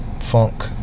funk